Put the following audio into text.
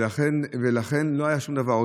ולכן לא היה שום דבר.